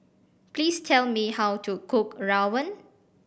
please tell me how to cook rawon